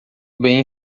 bem